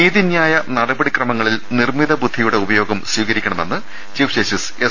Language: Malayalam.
നീതിന്യായ നടപടിക്രമങ്ങളിൽ നിർമിത ബുദ്ധിയുടെ ഉപയോഗം സ്വീക രിക്കണമെന്ന് ചീഫ് ജസ്റ്റിസ് എസ്